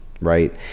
right